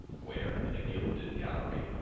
where, in a gilded gallery,